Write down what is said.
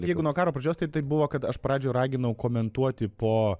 jeigu nuo karo pradžios tai tai buvo kad aš pradžioj raginau komentuoti po